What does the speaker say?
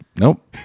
Nope